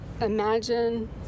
imagine